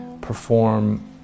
perform